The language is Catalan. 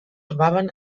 trobaven